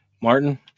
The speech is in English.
Martin